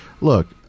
look